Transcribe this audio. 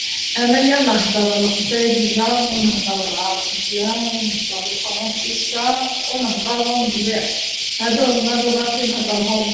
أنايا نهدر القبايليه و نهدر العربيه و نهدر الفرونسيسا و نهدر إنجليزي، هاذو هوما اللغات لنهدرهم.